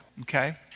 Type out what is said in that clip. okay